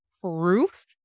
proof